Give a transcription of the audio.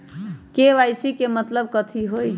KYC के मतलब कथी होई?